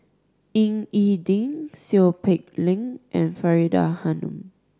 Ying E Ding Seow Peck Leng and Faridah Hanum